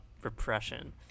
repression